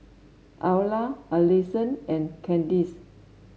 Ayla Allisson and Candice